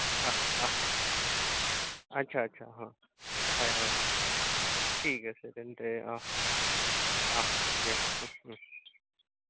অঁ অঁ আচ্ছা আচ্ছা অঁ হয় হয় হয় ঠিক আছে তেন্তে অঁ অঁ দিয়া